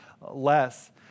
less